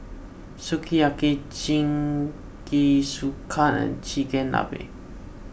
Sukiyaki Jingisukan and Chigenabe